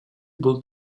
бул